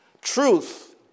truth